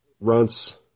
Runts